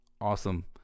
awesome